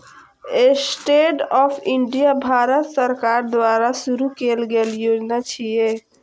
stand up India Bharat सरकार द्वारा शुरू कैल गेल योजना छियै